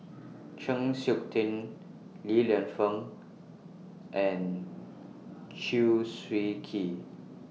Chng Seok Tin Li Lienfung and Chew Swee Kee